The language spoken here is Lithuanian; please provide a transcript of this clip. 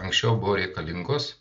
anksčiau buvo reikalingos